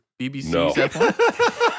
BBC